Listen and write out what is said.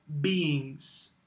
beings